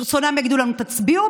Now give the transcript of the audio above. ברצונם יגידו לנו "תצביעו",